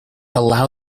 allow